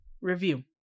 Review